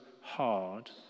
hard